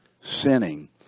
sinning